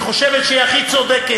היא חושבת שהיא הכי צודקת,